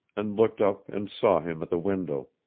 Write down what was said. and looked up and saw him at the window.